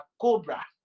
cobra